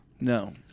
No